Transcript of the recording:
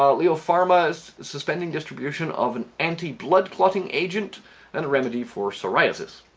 um leo pharma is suspending distribution of an anti-blood clotting agent and a remedy for psoriasis